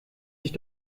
sich